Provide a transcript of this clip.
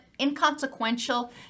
inconsequential